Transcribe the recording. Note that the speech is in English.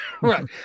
Right